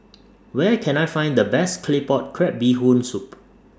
Where Can I Find The Best Claypot Crab Bee Hoon Soup